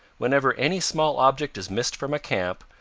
whenever any small object is missed from a camp,